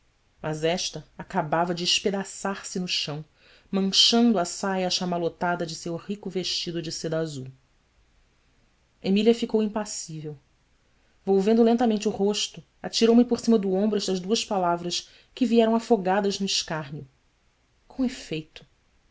mas esta acabava de espedaçar se no chão manchando a saia achamalotada de seu rico vestido de seda azul emília ficou impassível volvendo lentamente o rosto atirou me por cima do ombro estas duas palavras que vieram afogadas no escárnio om efeito